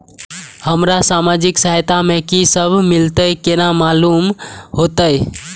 हमरा सामाजिक सहायता में की सब मिलते केना मालूम होते?